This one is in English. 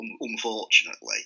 Unfortunately